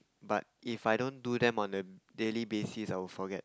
but if I don't do them on a daily basis I will forget